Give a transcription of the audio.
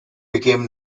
became